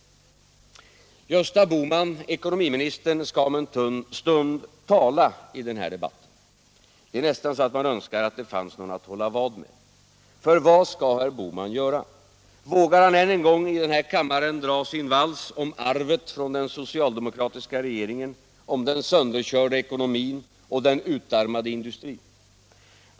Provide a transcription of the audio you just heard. Gösta Bohman — ekonomiministern — skall om en stund tala i den här debatten. Det är nästan så att man önskar att det fanns någon att hålla vad med. För vad skall herr Bohman göra? Vågar han än en gång i den här kammaren dra sin vals om arvet från den socialdemokratiska regeringen, om den sönderkörda ekonomin och den utarmade industrin?